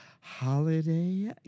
holiday